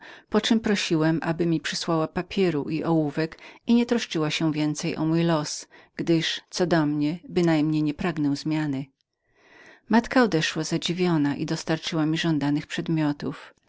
rękę poczem prosiłem aby mi przysłała papieru i ołówek i nie troszczyła się więcej o mój los gdyż co do mnie bynajmniej nie pragnąłem zmiany moja matka odeszła odemnie zadziwiona i dostarczyła mi żądanych przedmiotów